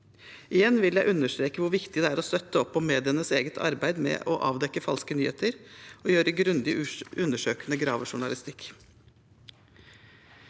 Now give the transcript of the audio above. Igjen vil jeg understreke hvor viktig det er å støtte opp om medienes eget arbeid med å avdekke falske nyheter og gjøre grundig, undersøkende gravejournalistikk.